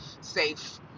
safe